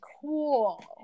cool